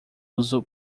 uso